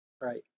Right